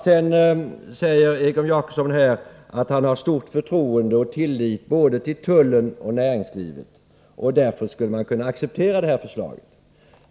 Sedan säger Egon Jacobsson att han har stort förtroende för och känner tillit till tullen och näringslivet och att han därför skulle kunna acceptera det här förslaget.